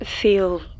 feel